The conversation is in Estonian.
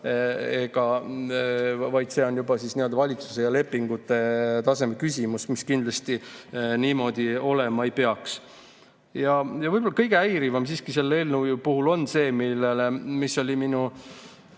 vaid see on juba nii-öelda valitsuse ja lepingute taseme küsimus, mis kindlasti niimoodi olema ei peaks. Võib-olla kõige häirivam siiski selle eelnõu puhul on see, mis oli minu